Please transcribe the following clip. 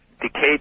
decayed